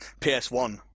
PS1